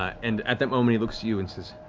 and at that moment he looks at you and says,